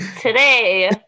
today